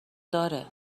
داره